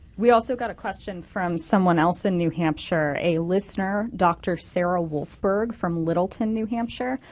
we also got a question from someone else in new hampshire, a listener, dr. sarah wolfberg from littleton, new hampshire.